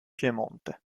piemonte